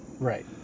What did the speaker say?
Right